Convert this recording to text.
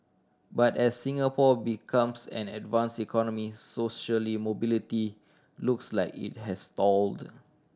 but as Singapore becomes an advanced economy socially mobility looks like it has stalled